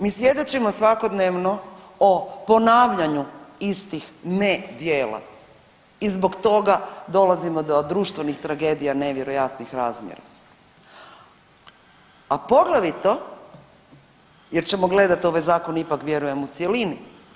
Mi svjedočimo svakodnevno o ponavljanju istih nedjela i zbog toga dolazimo do društvenih tragedija nevjerojatnih razmjera, a poglavito jer ćemo gledati, ovaj Zakon ipak, vjerujem, u cjelini.